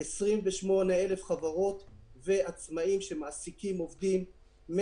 על 28,000 חברות ועצמאים שמעסיקים עובדים,